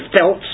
felt